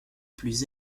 plus